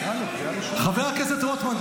חבר הכנסת רוטמן,